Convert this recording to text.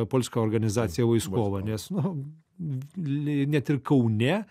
polska organizacija vaiskova nes nu net ir kaune